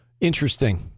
Interesting